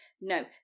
No